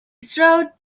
stroud